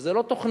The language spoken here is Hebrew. וזה לא תוכניות,